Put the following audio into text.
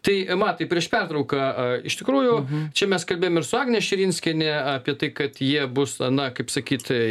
tai matai prieš pertrauką iš tikrųjų čia mes kalbėjom ir su agne širinskiene apie tai kad jie bus na kaip sakyt